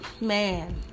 man